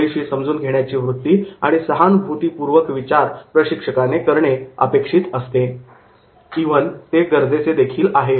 थोडीशी समजून घेण्याची वृत्ती आणि सहानुभूतीपूर्वक विचार प्रशिक्षकाने करणे गरजेचे आहे